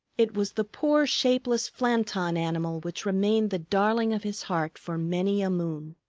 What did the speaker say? it was the poor, shapeless flanton animal which remained the darling of his heart for many a moon.